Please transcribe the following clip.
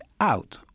out